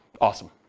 Awesome